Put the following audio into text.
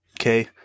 okay